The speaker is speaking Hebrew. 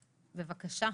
בבקשה.